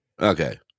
okay